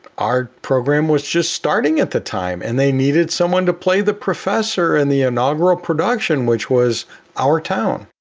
our program was just starting at the time and they needed someone to play the professor in and the inaugural production, which was our town.